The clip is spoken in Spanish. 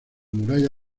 muralla